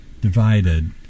divided